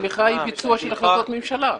התמיכה היא ביצוע של החלטות ממשלה.